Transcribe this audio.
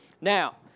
Now